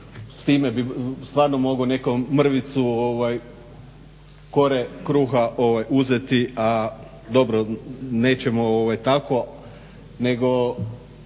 s time bi stvarno mogao netko mrvicu kore kruha uzeti, a dobro nećemo tako. Nego